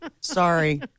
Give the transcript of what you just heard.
sorry